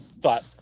thought